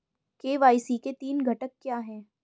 KYC के तीन घटक क्या हैं?